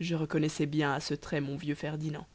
je reconnaissais bien à ce trait mon vieux ferdinand